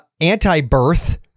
Anti-Birth